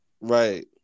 Right